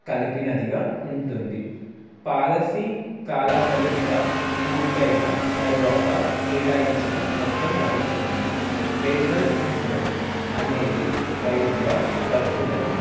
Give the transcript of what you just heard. కలిపినదిగా ఉంటుంది పాలసీ కాలాపరిమిత పూర్తైన తరువాత కేటాయించిన మొత్తం లభిస్తుంది మెడికల్ ఇన్సూరెన్స్ అనేది వైద్య ఖర్చులను